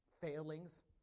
failings